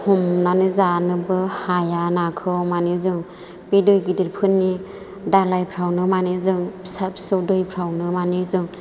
हमनानै जानोबो हाया नाखौ माने जों बे दै गिदिरफोरनि दालायफोरावनो माने जों फिसा फिसौ दैफोरावनो माने जों